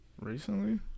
Recently